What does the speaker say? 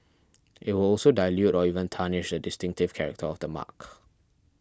it will also dilute or even tarnish the distinctive character of the mark